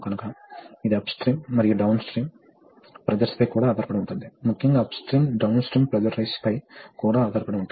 తదుపరి చివరి పాయింట్ ఇప్పుడు సిలిండర్ J పూర్తిగా రెట్రాక్ట్ అవుతుంది